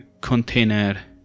container